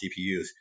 CPUs